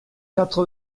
quatre